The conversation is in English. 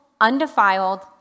undefiled